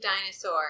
dinosaur